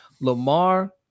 Lamar